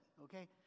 okay